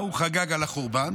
ההוא חגג על החורבן,